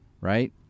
Right